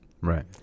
Right